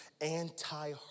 anti